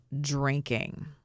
drinking